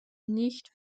nicht